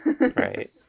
Right